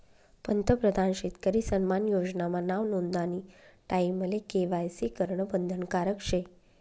पंतप्रधान शेतकरी सन्मान योजना मा नाव नोंदानी टाईमले के.वाय.सी करनं बंधनकारक शे